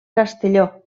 castelló